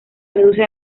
reduce